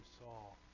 Saul